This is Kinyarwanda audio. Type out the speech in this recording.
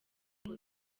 ngo